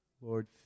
Lord